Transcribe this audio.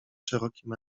szerokim